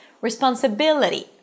RESPONSIBILITY